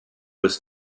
was